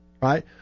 right